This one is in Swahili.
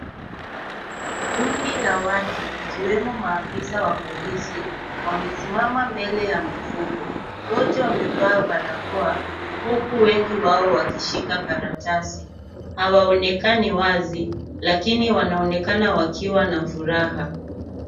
Kundi la watu ikiwemo maafisa wa polisi wamesimama mbele ya mifuko, wote wamevaa barakoa huku wengi wao wakishika karatasi hawaonekani wazi lakini wanaonekana wakiwa na furaha.